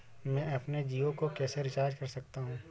मैं अपने जियो को कैसे रिचार्ज कर सकता हूँ?